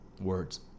words